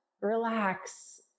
relax